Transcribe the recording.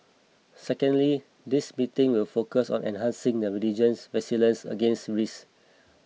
secondly the meetings will focus on enhancing the region's resilience against risks